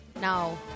No